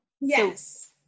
Yes